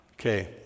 Okay